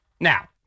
Now